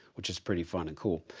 which is pretty fun and cool.